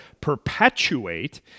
perpetuate